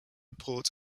port